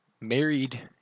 married